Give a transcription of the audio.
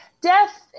Death